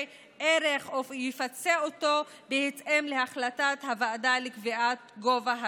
ערך או יפצה אותו בהתאם להחלטת הוועדה לקביעת גובה הפיצויים.